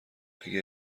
اگه